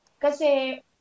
kasi